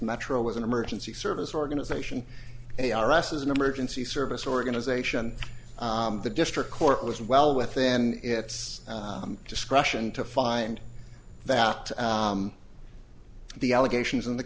metro was an emergency service organization a r s as an emergency service organization the district court was well within its discretion to find that the allegations in